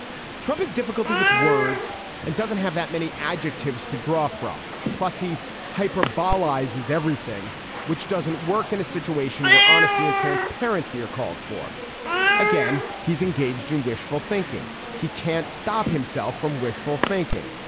trump has difficulty with words and doesn't have that many adjectives to draw from. plus, he hyper balis is everything which doesn't work in a situation where honesty and transparency are called for again. he's engaged in wishful thinking. he can't stop himself from wishful thinking.